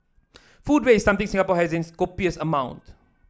food waste is something Singapore has in copious amount